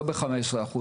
לא ב- 15%,